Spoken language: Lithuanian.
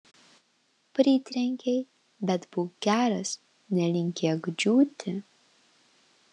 pritrenkei bet būk geras nelinkėk džiūti